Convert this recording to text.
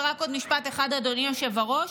ורק עוד משפט אחד, אדוני היושב-ראש.